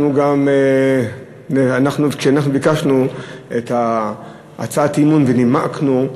כשאנחנו ביקשנו את הצעת האי-אמון ונימקנו,